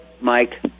Mike